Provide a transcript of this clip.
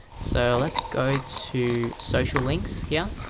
so let's go to social links here